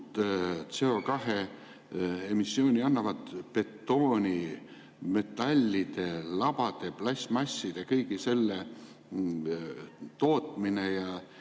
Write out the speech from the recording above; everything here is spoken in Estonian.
CO2‑emissiooni annavad betooni, metalli, labade, plastmassi, kõige selle tootmine ja